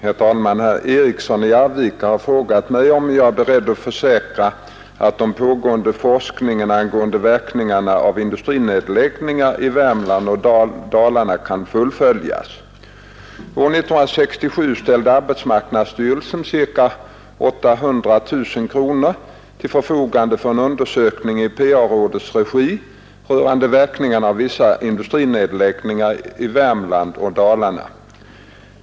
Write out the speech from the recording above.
Herr talman! Herr Eriksson i Arvika har frågat mig om jag är beredd att försäkra att den pågående forskningen angående verkningarna av industrinedläggningarna i Värmland och Dalarna kan fullföljas. År 1967 ställde arbetsmarknadsstyrelsen ca 800 000 kronor till förfogande för en undersökning i PA-rådets regi rörande verkningarna av vissa industrinedläggningar i Värmland och Dalarna.